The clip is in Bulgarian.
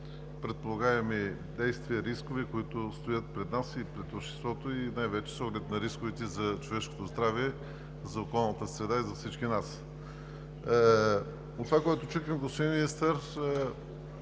предполагаемите действия, които стоят пред нас и пред обществото, и най-вече с оглед на рисковете за човешкото здраве, за околната среда и за всички нас. От това, което чухме, господин Министър,